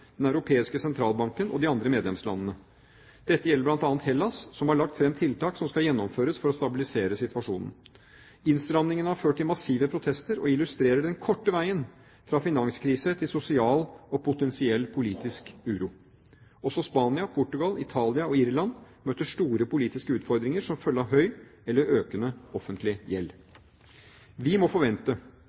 Den europeiske sentralbanken og de andre medlemslandene. Dette gjelder bl.a. Hellas, som har lagt fram tiltak som skal gjennomføres for å stabilisere situasjonen. Innstramningene har ført til massive protester og illustrerer den korte veien fra finanskrise til sosial og potensiell politisk uro. Også Spania, Portugal, Italia og Irland møter store politiske utfordringer som følge av høy eller økende offentlig gjeld. Vi må forvente